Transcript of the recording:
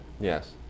Yes